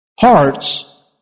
hearts